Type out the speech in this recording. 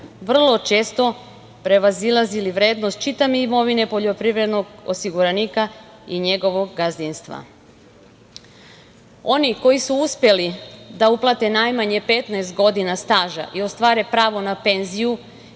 vrlo često prevazilazili vrednost čitave imovine od poljoprivrednog osiguranika i njegovog gazdinstva. Oni koji su uspeli da uplate najmanje 15 godina staža i ostvare pravo na penziju,